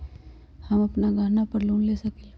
हम अपन गहना पर लोन ले सकील?